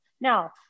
Now